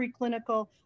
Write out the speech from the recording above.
preclinical